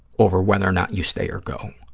over whether or not you stay or go,